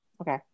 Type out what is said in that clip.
okay